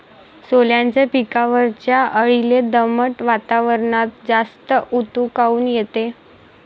सोल्याच्या पिकावरच्या अळीले दमट वातावरनात जास्त ऊत काऊन येते?